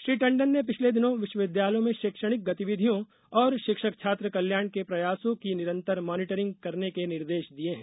श्री टंडन ने पिछले दिनों विश्वविद्यालयों में शैक्षणिक गतिविधियों और शिक्षक छात्र कल्याण के प्रयासों की निरंतर मानीटरिंग करने के निर्देश दिए हैं